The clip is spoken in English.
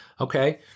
okay